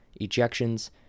ejections